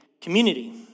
community